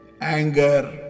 anger